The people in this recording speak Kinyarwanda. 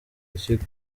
ikigo